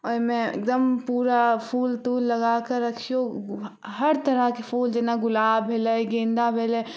ओहिमे एकदम पूरा फूल तूल लगा कऽ रखियौ हर तरहके फूल जेना गुलाब भेलै गेन्दा भेलै